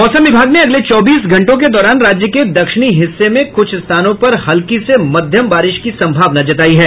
मौसम विभाग ने अगले चौबीस घंटों के दौरान राज्य के दक्षिणी हिस्से में कुछ स्थानों पर हल्की से मध्यम बारिश की सम्भावना जतायी है